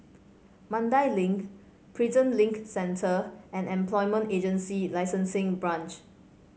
Mandai Link Prison Link Centre and Employment Agency Licensing Branch